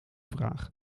vraag